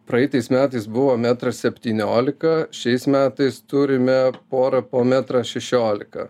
praeitais metais buvo metras septyniolika šiais metais turime porą po metrą šešiolika